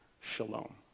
shalom